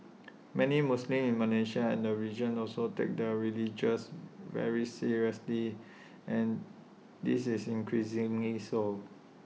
many Muslims in Malaysia and the region also take their religion very seriously and this is increasingly so